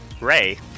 Ray